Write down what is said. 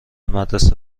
مدرسه